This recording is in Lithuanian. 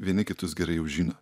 vieni kitus gerai jau žino